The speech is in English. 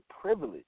privilege